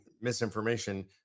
misinformation